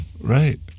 Right